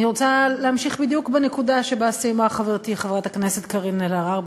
אני רוצה להמשיך בדיוק בנקודה שבה סיימה חברתי חברת הכנסת קארין אלהרר,